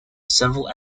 several